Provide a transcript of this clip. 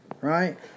right